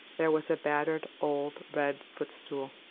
there was a battered old red footstool.